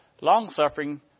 Long-suffering